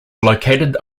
located